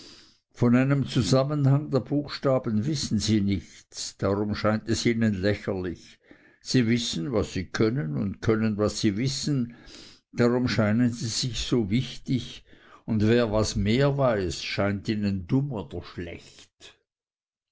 von einem zusammenhang der buchstaben wissen sie nichts dar um scheint es ihnen lächerlich sie wissen was sie können und können was sie wissen darum scheinen sie sich so wichtig und wer was mehr weiß scheint ihnen dumm oder schlecht